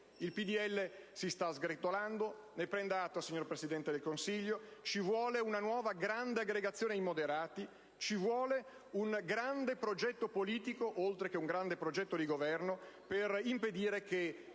Il PdL si sta sgretolando. Ne prenda atto, signor Presidente del Consiglio: ci vuole una nuova, grande aggregazione dei moderati, un grande progetto politico oltre che un grande progetto di Governo per impedire che